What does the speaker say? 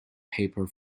paper